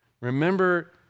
Remember